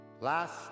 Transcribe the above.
Last